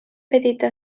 petita